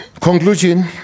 Conclusion